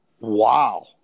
Wow